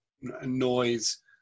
noise